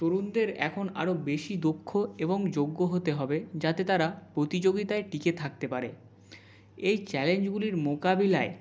তরুণদের এখন আরও বেশি দক্ষ এবং যোগ্য হতে হবে যাতে তারা প্রতিযোগিতায় টিকে থাকতে পারে এই চ্যালেঞ্জগুলির মোকাবিলায়